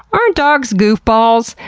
aren't dogs goofballs?